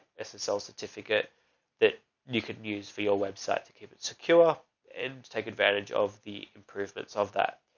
ah, ssl certificate that you can use for your website to keep it secure and take advantage of the improvements of that.